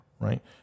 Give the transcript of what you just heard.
right